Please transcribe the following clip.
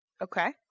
Okay